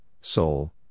Seoul